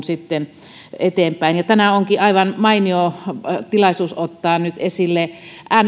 sitten eteenpäin aina korkeakouluun asti tänään onkin nyt aivan mainio tilaisuus ottaa esille